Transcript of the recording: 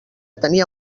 tenia